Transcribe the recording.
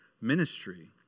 ministry